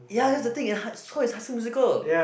ya that's the thing and so is high school musical